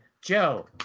Joe